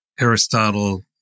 Aristotle